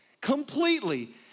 completely